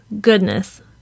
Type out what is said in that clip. goodness